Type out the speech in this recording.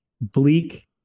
bleak